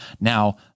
Now